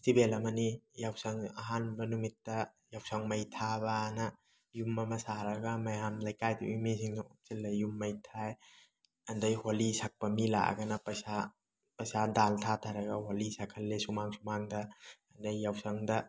festival ꯑꯃꯅꯤ ꯌꯥꯎꯁꯪ ꯑꯍꯥꯟꯕ ꯅꯨꯃꯤꯠꯇ ꯌꯥꯎꯁꯪ ꯃꯩ ꯊꯥꯕ ꯑꯅ ꯌꯨꯝ ꯑꯃ ꯁꯥꯔꯒ ꯃꯌꯥꯝ ꯂꯩꯀꯥꯏꯗꯨꯒꯤ ꯃꯤꯁꯤꯡꯗꯨ ꯍꯨꯞꯆꯤꯜꯂ ꯌꯨꯝ ꯃꯩ ꯊꯥꯏ ꯑꯗꯩ ꯍꯣꯂꯤ ꯁꯛꯄ ꯃꯤ ꯂꯥꯛꯑꯒꯅ ꯄꯩꯁꯥ ꯄꯩꯁꯥ ꯗꯥꯜ ꯊꯥꯊꯔꯒ ꯍꯣꯂꯤ ꯁꯛꯍꯜꯂꯤ ꯁꯨꯃꯥꯡ ꯁꯨꯃꯥꯡꯗ ꯑꯗꯩ ꯌꯥꯎꯁꯪꯗ